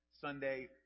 Sunday